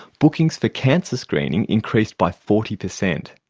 bookings for cancer screening increased by forty percent.